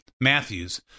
Matthews